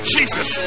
Jesus